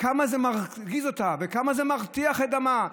כמה זה מרגיז אותה וכמה זה מרתיח את דמה,